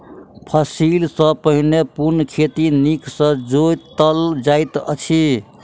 फसिल सॅ पहिने पूर्ण खेत नीक सॅ जोतल जाइत अछि